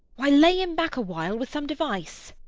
why, lay him back awhile, with some device.